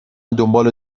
دنبال